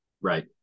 right